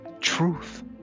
Truth